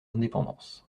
indépendance